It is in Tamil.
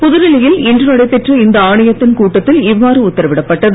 புதுடெல்லியில் இன்று நடைபெற்ற இந்த ஆணையத்தின் கூட்டத்தில் இவ்வாறு உத்தரவிடப்பட்டது